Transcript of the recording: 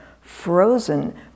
frozen